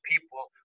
people